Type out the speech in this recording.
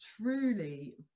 truly